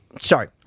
sorry